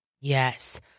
Yes